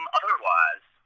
otherwise